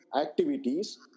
activities